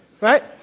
Right